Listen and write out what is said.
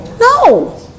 No